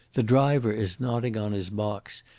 the driver is nodding on his box,